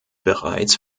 bereits